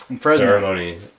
Ceremony